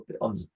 on